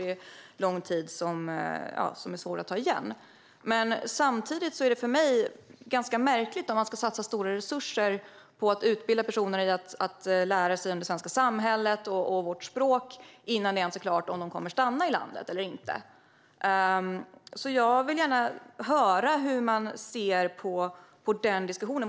Det är lång tid som är svår att ta igen. Men samtidigt är det för mig ganska märkligt att satsa stora resurser på att lära personer om det svenska samhället och utbilda dem i vårt språk innan det ens är klart om de kommer att stanna i landet eller inte. Jag vill gärna höra hur ni ser på den diskussionen.